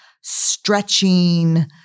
stretching